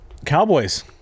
Cowboys